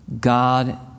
God